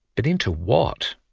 but into what?